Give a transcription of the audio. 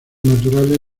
naturales